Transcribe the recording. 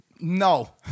No